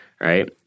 Right